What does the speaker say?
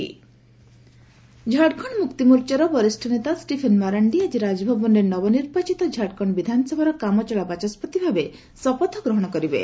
Jharkhand pro tem speaker Jharkhand ମୁକ୍ତିମୋର୍ଚ୍ଚାର ବରିଷ ନେତା ଷ୍ଟିଫେନ ମାରାଣ୍ଡି ଆଜି ରାଜଭବନରେ ନବନିର୍ବାଚିତ ଝାଡ଼ଖଣ୍ଡ ବିଧାନସଭାର କାମଚଳା ବାଚସ୍କତି ଭାବେ ଶପଥ ଗ୍ରହଣ କରିବେ